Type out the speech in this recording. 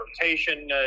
rotation